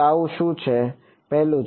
તો આવું શું છે આ પહેલું છે